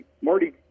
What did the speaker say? Marty –